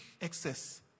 excess